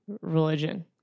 religion